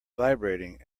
vibrating